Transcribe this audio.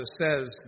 says